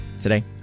Today